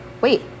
wait